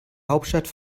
hauptstadt